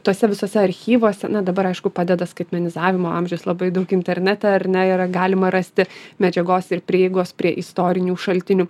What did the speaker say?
tuose visuose archyvuose na dabar aišku padeda skaitmenizavimo amžius labai daug internete ar ne yra galima rasti medžiagos ir prieigos prie istorinių šaltinių